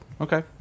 Okay